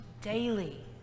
daily